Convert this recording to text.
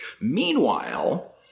Meanwhile